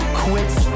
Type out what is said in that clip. quits